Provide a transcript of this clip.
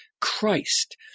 Christ